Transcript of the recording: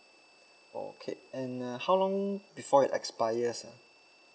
okay and uh how long before it expires ah